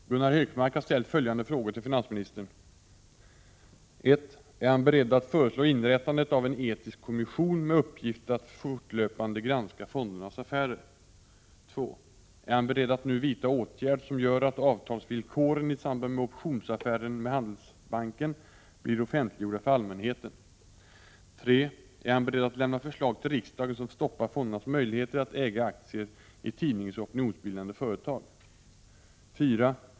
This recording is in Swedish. Herr talman! Gunnar Hökmark har ställt följande frågor till finansministern: 1. Är han beredd att föreslå inrättandet av en etisk kommission med uppgift att fortlöpande granska fondernas affärer? 2. Är han beredd att nu vidta åtgärd som gör att avtalsvillkoren i samband med optionsaffären med Handelsbanken blir offentliggjorda för allmänheten? 3. Är han beredd att lämna förslag till riksdagen som stoppar fondernas möjligheter att äga aktier i tidningsoch opinionsbildande företag? 4.